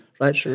right